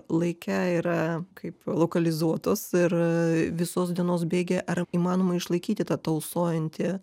laike yra kaip lokalizuotos ir visos dienos bėgyje ar įmanoma išlaikyti tą tausojantį